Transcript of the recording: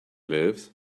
lives